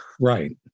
Right